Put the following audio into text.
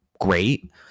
great